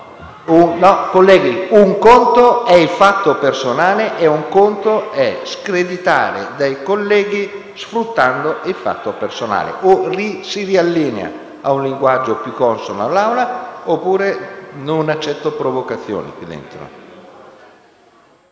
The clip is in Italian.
Colleghi, un conto è il fatto personale, altro è screditare dei colleghi sfruttando il fatto personale. Si riallinei ad un linguaggio più consono all'Aula, altrimenti non accetto provocazioni qui dentro.